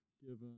given